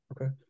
Okay